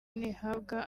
ntihabwa